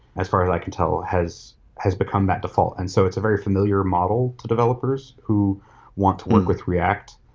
as far as i can tell, has has become that default. and so it's a very familiar model to developers who want to work with react,